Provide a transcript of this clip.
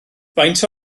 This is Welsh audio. faint